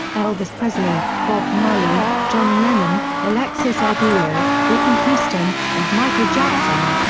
elvis presley, bob marley, john lennon, alexis arguello, whitney houston, and michael jackson.